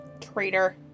Traitor